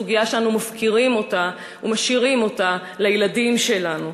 סוגיה שאנו מפקירים אותה ומשאירים אותה לילדים שלנו,